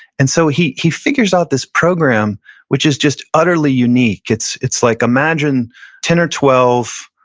and so he he figures out this program which is just utterly unique. it's it's like, imagine ten or twelve,